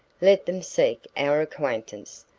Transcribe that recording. let them seek our acquaintance,